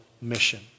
mission